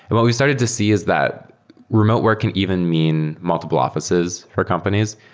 and what we've started to see is that remote work can even mean multiple offices for companies,